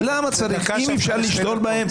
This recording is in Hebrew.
למה צריך אם אי אפשר לשלוט בהם?